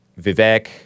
Vivek